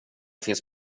finns